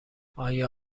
آیا